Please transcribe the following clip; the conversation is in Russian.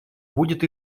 будет